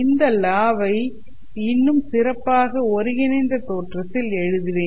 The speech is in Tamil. இந்தலாவை இன்னும் சிறப்பாக ஒருங்கிணைந்த தோற்றத்தில் எழுதுவேன்